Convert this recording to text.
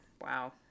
Wow